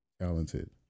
talented